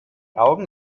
augen